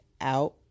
out